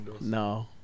no